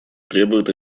требует